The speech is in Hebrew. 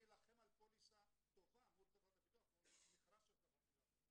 להילחם על פוליסה טובה מול המכרז של חברות הביטוח.